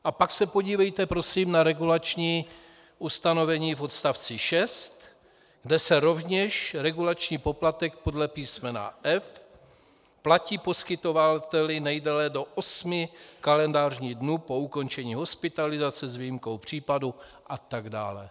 A pak se podívejte prosím na regulační ustanovení v odstavci 6, kde se rovněž regulační poplatek podle písmena f) platí poskytovateli nejdéle do osmi kalendářních dnů po ukončení hospitalizace s výjimkou případu... a tak dále.